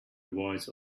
voice